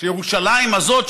שירושלים הזאת,